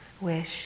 wish